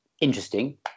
interesting